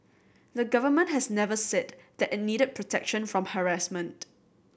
the government has never said that it needed protection from harassment